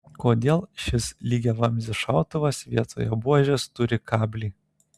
kodėl šis lygiavamzdis šautuvas vietoje buožės turi kablį